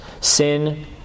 Sin